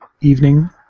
evening